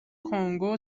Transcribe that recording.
کنگو